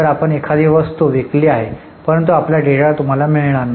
तर आपण एखादी वस्तू विकली आहे परंतु आपला डेटा तुम्हाला मिळणार नाही